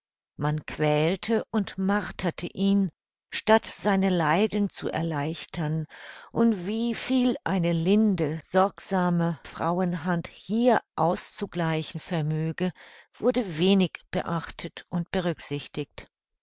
man quälte und marterte ihn statt seine leiden zu erleichtern und wie viel eine linde sorgsame frauenhand hier auszugleichen vermöge wurde wenig beachtet und berücksichtigt